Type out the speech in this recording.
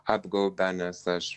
apgaubia nes aš